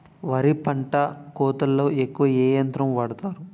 వరి పంట కోతలొ ఎక్కువ ఏ యంత్రం వాడతారు?